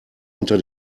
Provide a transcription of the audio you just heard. unter